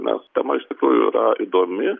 nes tema iš tikrųjų yra įdomi